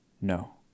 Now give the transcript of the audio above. no